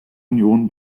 union